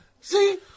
See